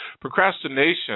procrastination